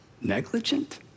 negligent